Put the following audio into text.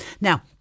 Now